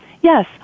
Yes